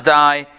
die